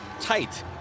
tight